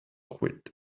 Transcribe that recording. quit